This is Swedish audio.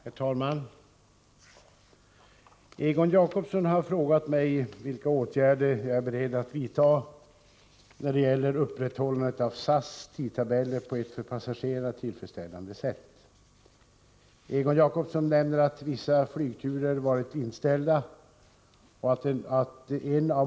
Herr talman! Egon Jacobsson har frågat mig vilka åtgärder jag är beredd att vidta när det gäller upprätthållandet av SAS tidtabeller på ett för passagerarna tillfredsställande sätt.